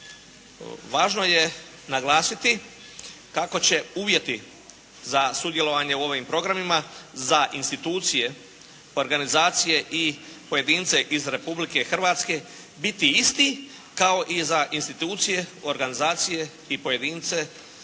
Važno je naglasiti kako će uvjeti za sudjelovanje u ovim programima za institucije, organizacije i pojedince iz Republike Hrvatske biti isti kao i za institucije, organizacije i pojedince iz